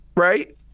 Right